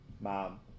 mom